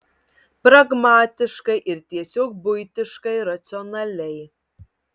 pragmatiškai ir tiesiog buitiškai racionaliai